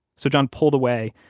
so john pulled away,